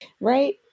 Right